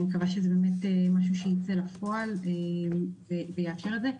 אני מקווה שזה באמת משהו שיצא לפועל ויאפשר את זה.